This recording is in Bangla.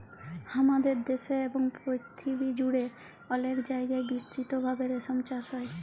হামাদের দ্যাশে এবং পরথিবী জুড়ে অলেক জায়গায় বিস্তৃত ভাবে রেশম চাস হ্যয়